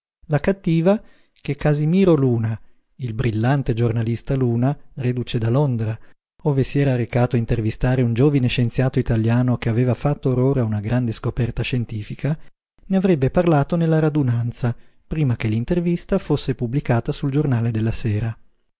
la cattiva che casimiro luna il brillante giornalista luna reduce da londra ove si era recato a intervistare un giovine scienziato italiano che aveva fatto or ora una grande scoperta scientifica ne avrebbe parlato nella radunanza prima che l intervista fosse pubblicata sul giornale della sera